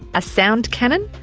a sound cannon?